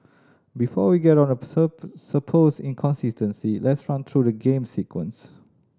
before we get on the supposed inconsistency let's run through the game's sequence